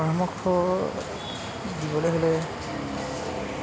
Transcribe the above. পৰামৰ্শ দিবলৈ হ'লে